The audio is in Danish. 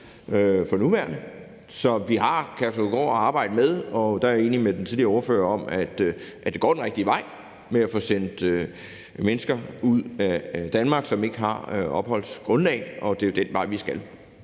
for nuværende. Så vi har Kærshovedgård at arbejde med, og der er jeg enig med den tidligere ordfører i, at det går den rigtige vej med at få sendt mennesker ud af Danmark, som ikke har opholdsgrundlag. Det er jo den vej, vi skal.